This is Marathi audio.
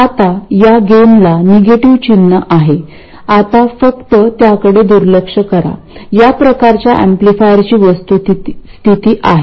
आता या गेनला निगेटिव्ह चिन्ह आहे आता फक्त त्याकडे दुर्लक्ष करा या प्रकारच्या एम्पलीफायरची वस्तुस्थिती आहे